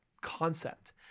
concept